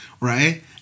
Right